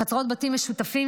חצרות בתים משותפים,